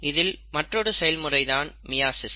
இதில் மற்றொரு செயல்முறைதான் மியாசிஸ்